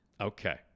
Okay